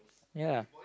ya